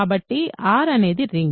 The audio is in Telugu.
కాబట్టి R అనేది రింగ్